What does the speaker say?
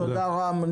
תודה, רם.